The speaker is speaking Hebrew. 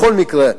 בכל מקרה,